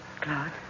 Claude